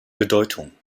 bedeutung